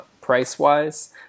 price-wise